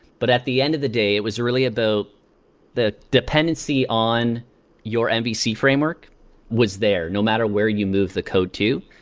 but at the end of the day, it was really about the dependency on your mvc framework was there no matter where you move the code to.